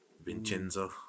Vincenzo